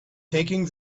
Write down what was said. taking